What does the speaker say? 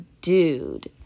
dude